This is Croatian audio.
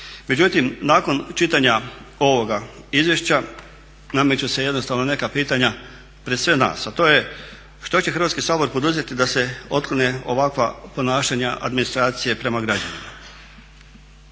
Međutim, nakon čitanja ovoga izvješća nameću se jednostavno neka pitanja pred sve nas, a to je što će Hrvatski sabor poduzeti da se otklone ovakva ponašanja administracije prema građanima?